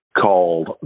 called